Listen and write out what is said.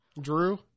Drew